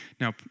Now